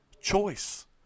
choice